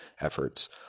efforts